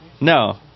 No